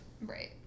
Right